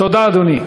תודה, אדוני.